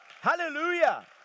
Hallelujah